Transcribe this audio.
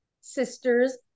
sisters